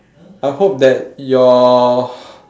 I hope that your